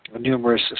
numerous